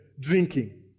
drinking